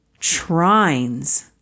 trines